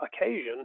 occasion